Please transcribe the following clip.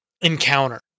encounter